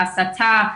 הסתה,